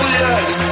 yes